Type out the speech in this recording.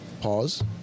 Pause